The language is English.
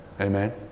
Amen